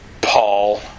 Paul